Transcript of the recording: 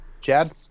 Chad